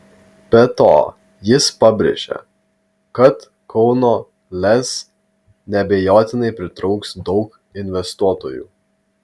be to jis pabrėžė kad kauno lez neabejotinai pritrauks daug investuotojų